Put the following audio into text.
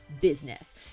business